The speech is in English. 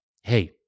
Hey